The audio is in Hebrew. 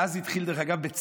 ואז התחיל, דרך אגב, בצה"ל,